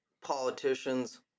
politicians